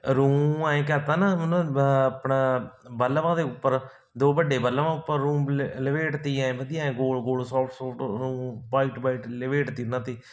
ਰੂੰ ਐਂ ਕਰਤਾ ਨਾ ਆਪਣਾ ਬਲਬਾਂ ਦੇ ਉੱਪਰ ਦੋ ਵੱਡੇ ਬਲਬਾਂ ਉੱਪਰ ਰੂੰ ਲ ਲਪੇਟ ਤੀ ਐਂ ਵਧੀਆ ਗੋਲ ਗੋਲ ਸੋਫਟ ਸੋਫਟ ਰੂੰ ਵਾਈਟ ਵਾਈਟ ਲਪੇਟ ਤੀ ਉਹਨਾਂ 'ਤੇ